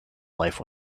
life